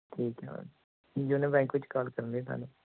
ਠੀਕ ਹੈ ma'am Indian Bank ਵਿਚ ਕਾਲ ਕਰਨ ਲਈ ਧੰਨਵਾਦ